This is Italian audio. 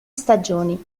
stagioni